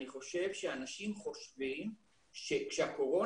אני חושב שאנשים חושבים שכשהקורונה